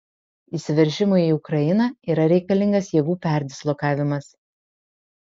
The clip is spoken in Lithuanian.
įsiveržimui į ukrainą yra reikalingas jėgų perdislokavimas